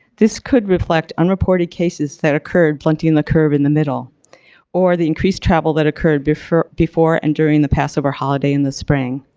this could reflect unreported cases that occurred plenty in the curve in the middle or the increase travel that occurred before before and during the passover holiday in the spring.